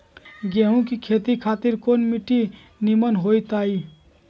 गेंहू की खेती खातिर कौन मिट्टी निमन हो ताई?